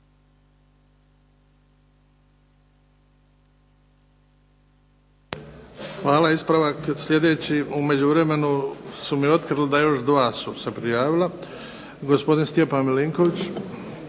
Hvala. Ispravak sljedeći, u međuvremenu su mi otkrili da ima još dva su se prijavila. Gospodin Stjepan Milinković.